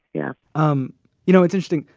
yeah um you know, it's interesting.